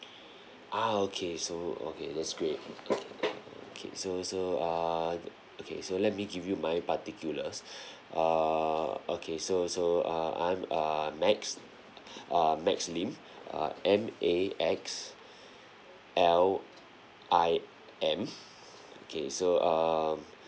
ah okay so okay that's great okay so so err okay so let me give you my particulars err okay so so uh I'm err max err max lim uh M A X L I M okay so um